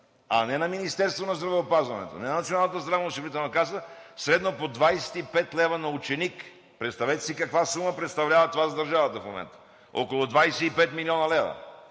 а не на Министерството на здравеопазването и не на Националната здравноосигурителна каса – средно по 25 лв. на ученик. Представете си каква сума представлява това за държавата в момента? Около 25 млн. лв.